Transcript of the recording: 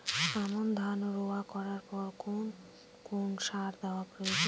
আমন ধান রোয়া করার পর কোন কোন সার দেওয়া প্রয়োজন?